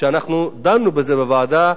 אנחנו דנו בזה בוועדה,